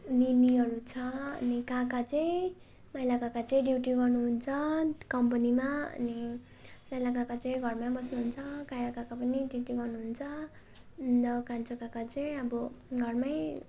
निनीहरू छ अनि काका चाहिँ माइला काका चाहिँ ड्युटी गर्नुहुन्छ कम्पनीमा अनि साइँला काका चाहिँ घरमै बस्नुहुन्छ काइँला काका पनि ड्युटी गर्नुहुन्छ अन्त कान्छा काका चाहिँ अब घरमै